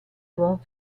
buon